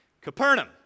Capernaum